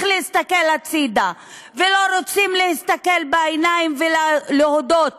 להסתכל הצדה ולא רוצים להסתכל בעיניים ולהודות